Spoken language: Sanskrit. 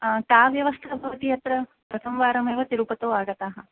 का व्यवस्था भवति अत्र प्रथमवारमेव तिरुपतौ आगताः